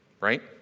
Right